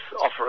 offer